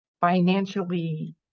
financially